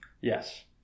Yes